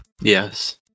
Yes